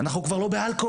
אנחנו לא באלכוהול.